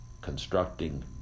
constructing